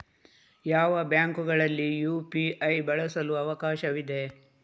ಯಾವ ಬ್ಯಾಂಕುಗಳಲ್ಲಿ ಯು.ಪಿ.ಐ ಬಳಸಲು ಅವಕಾಶವಿದೆ?